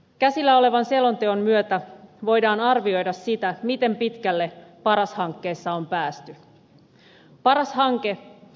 käsillä olevan selonteon myötä voidaan arvioida sitä miten pitkälle paras hankkeessa on päästy